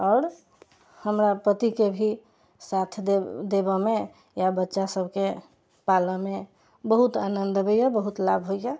आओर हमरा पतिके भी साथ देब देबऽमे या बच्चा सबके पालैमे बहुत आनन्द अबैए बहुत लाभ होइए